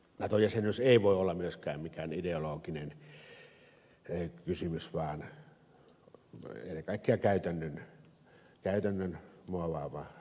nato jäsenyys ei voi olla myöskään mikään ideologinen kysymys vaan ennen kaikkea käytännön muovaama asia